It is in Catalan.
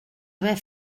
haver